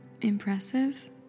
impressive